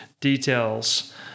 details